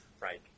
Right